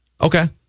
Okay